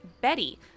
Betty